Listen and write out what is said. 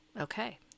Okay